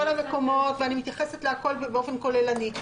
המקומות ואני מתייחסת להכול באופן כוללני.